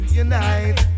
unite